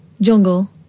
Jungle